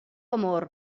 amor